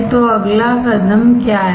तो अगला कदम क्या है